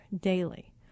daily